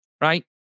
right